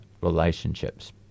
relationships